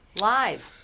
Live